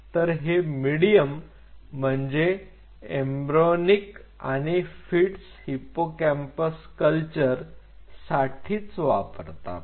तर हे मिडीयम म्हणजे एम्ब्र्योनिक किंवा फिटस हिपोकॅम्पस कल्चर साठीच वापरतात